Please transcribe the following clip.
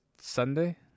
Sunday